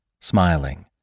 Smiling